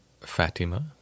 Fatima